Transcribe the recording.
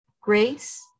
grace